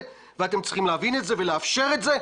ואתם צריכים להבין את זה ולאפשר את זה,